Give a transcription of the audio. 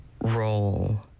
role